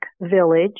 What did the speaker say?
Village